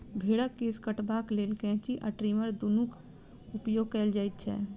भेंड़क केश कटबाक लेल कैंची आ ट्रीमर दुनूक उपयोग कयल जाइत छै